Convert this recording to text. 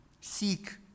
seek